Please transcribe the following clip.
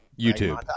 YouTube